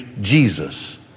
Jesus